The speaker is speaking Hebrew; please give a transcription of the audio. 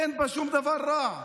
אין בה שום דבר רע.